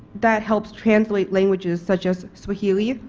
that help translate languages such as swahili,